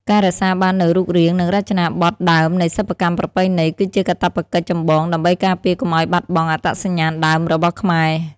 ការរក្សាបាននូវរូបរាង និងរចនាប័ទ្មដើមនៃសិប្បកម្មប្រពៃណី គឺជាកាតព្វកិច្ចចម្បងដើម្បីការពារកុំឱ្យបាត់បង់អត្តសញ្ញាណដើមរបស់ខ្មែរ។